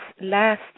last